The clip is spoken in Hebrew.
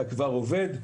אתה כבר עובד,